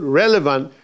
relevant